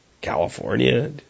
California